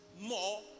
More